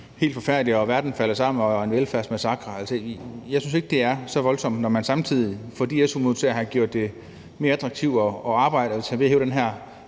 helt forfærdeligt, og at verden falder sammen, og at det er en velfærdsmassakre. Jeg synes ikke, at det er så voldsomt, når man samtidig for de su-modtagere har gjort det mere attraktivt at arbejde, altså ved at hæve den her